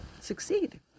succeed